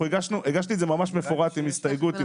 הגשתי את זה ממש מפורט עם הסתייגות.